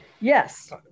Yes